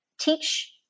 teach